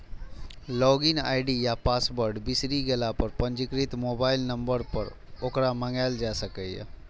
log in ID या password बिसरि गेला पर पंजीकृत मोबाइल नंबर पर ओकरा मंगाएल जा सकैए